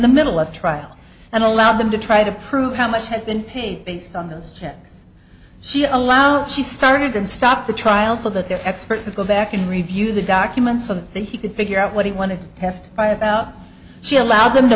the middle of trial and allowed them to try to prove how much had been paid based on those checks she allow she started and stopped the trial so that their expert could go back and review the documents of that he could figure out what he wanted to testify about she allowed them to